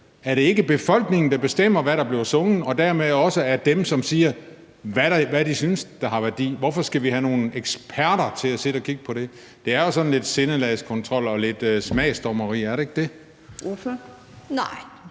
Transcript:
er det ikke befolkningen, der bestemmer, hvad der bliver sunget, og dermed også siger, hvad man synes har værdi? Hvorfor skal vi have nogle eksperter til at sidde og kigge på det? Er det ikke sådan lidt sindelagskontrol og lidt smagsdommeri? Kl. 22:29 Fjerde